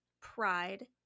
pride